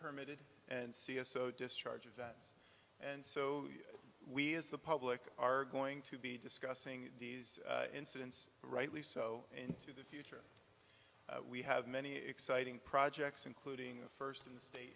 unpermitted and c s o discharge events and so we as the public are going to be discussing these incidents rightly so into the future we have many exciting projects including the first in the state